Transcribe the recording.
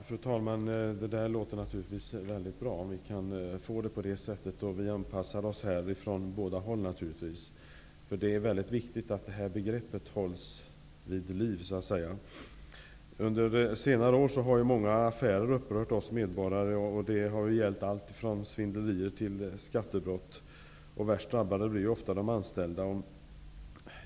Fru talman! Det är mycket bra om vi kan få det på det sättet. Vi kommer naturligtvis att anpassa oss från båda håll. Det är mycket viktigt att detta begrepp hålls vid liv. Under senare år har många s.k. affärer upprört oss medborgare. Det har gällt alltifrån svindlerier till skattebrott. Värst drabbade blir ofta de anställda.